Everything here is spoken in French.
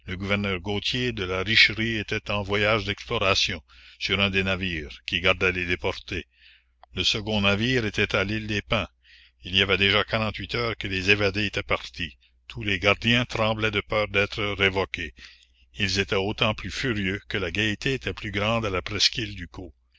gouverneur gautier de la richerie était en voyage d'exploration sur un des navires qui gardaient les déportés le second navire était à l'île des pins il y avait déjà quarante-huit heures que les évadés étaient partis tous les gardiens tremblaient de peur la commune d'être révoqués ils étaient d'autant plus furieux que la gaieté était plus grande à la presqu'île ducos